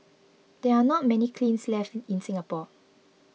there are not many kilns left in Singapore